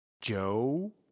Joe